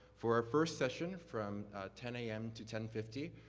for our first session from ten a m. to ten fifty,